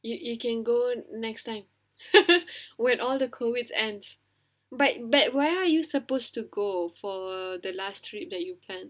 you you can go next time when all the COVID ends but but when are you supposed to go for the last trip that you plan